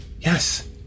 Yes